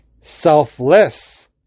selfless